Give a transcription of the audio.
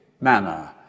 manner